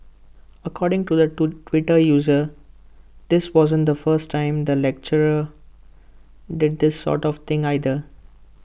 according to the to Twitter user this wasn't the first time the lecturer did this sort of thing either